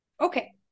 Okay